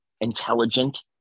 intelligent